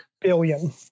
billion